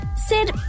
Sid